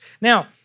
Now